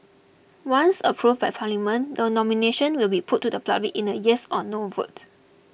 once approved by Parliament the nomination will be put to the public in a yes or no vote